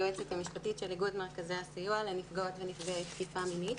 היועצת המשפטית של איגוד מרכזי הסיוע לנפגעות ולנפגעי תקיפה מינית.